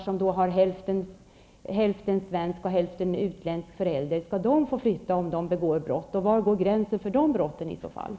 Måste mina barn som har både svensk och utländsk förälder flytta om de begår brott? Var går gränsen i det fallet?